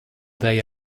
they